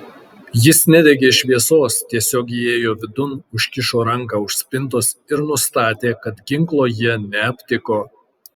jis nedegė šviesos tiesiog įėjo vidun užkišo ranką už spintos ir nustatė kad ginklo jie neaptiko